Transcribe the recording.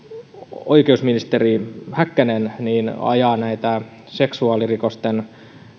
oikeusministeri häkkänen ajaa näitä seksuaalirikosten